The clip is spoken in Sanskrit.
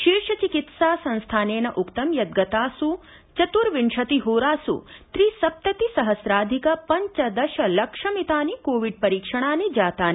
शीर्ष चिकित्सा संस्थानेन उक्तं यत् गतासु चतुर्विशति होरासु त्रिसप्तति सहस्राधिक पञ्चदश लक्ष मितानि कोविड् परीक्षणानि जातानि